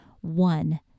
one